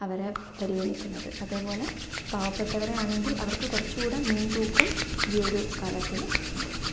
അവരെ പരിഗണിക്കുന്നത് അതുപോലെ പാവപ്പെട്ടവരെ ആണെങ്കിൽ അവർക്ക് കുറച്ചുകൂടെ മുൻതൂക്കം ഈ ഒരു കാലത്തിൽ ഉണ്ട്